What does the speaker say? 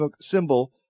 symbol